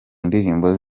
ndirimbo